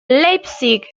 leipzig